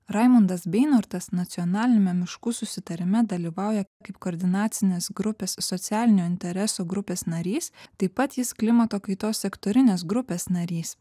raimundas beinortas nacionaliniame miškų susitarime dalyvauja kaip koordinacinės grupės socialinių interesų grupės narys taip pat jis klimato kaitos sektorinės grupės narys